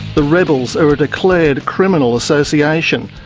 the rebels are a declared criminal association,